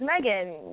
Megan